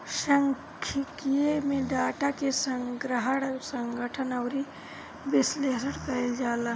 सांख्यिकी में डाटा के संग्रहण, संगठन अउरी विश्लेषण कईल जाला